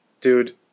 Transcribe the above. Dude